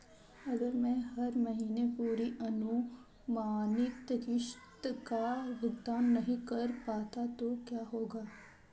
अगर मैं हर महीने पूरी अनुमानित किश्त का भुगतान नहीं कर पाता तो क्या होगा?